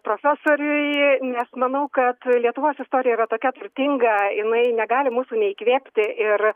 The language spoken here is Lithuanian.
profesoriui nes manau kad lietuvos istorija yra tokia turtinga jinai negali mūsų neįkvėpti ir